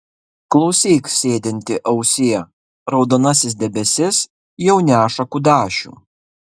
klausyk sėdinti ausie raudonasis debesis jau neša kudašių